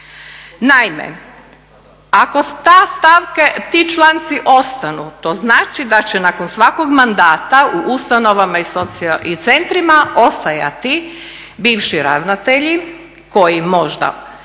Naime, ako ti članci ostanu to znači da će nakon svakog mandata u ustanovama i centrima ostajati bivši ravnatelji koji možda